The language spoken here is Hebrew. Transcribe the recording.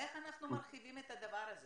איך אנחנו מרחיבים את הדבר הזה?